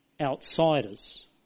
outsiders